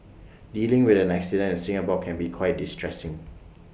dealing with an accident in Singapore can be quite distressing